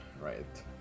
right